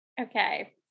Okay